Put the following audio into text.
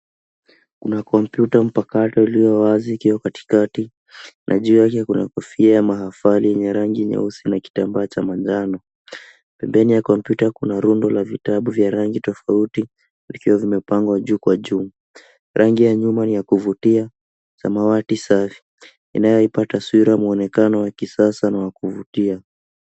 Kuna kompyuta mpakato iliyo wazi ikiwa katikati na juu yake kuna kofia ya mahafali yenye rangi nyeusi na kitambaa cha manjano. Pembeni ya kompyuta kuna rundo la vitabu bya rangi tofauti vikiwa vimepangwa juu kwa juu. Rangi ya nyuma ni ya kuvutia, samawati safi inayoipa taswira mwonekano wa kisasa na wa kuvutia.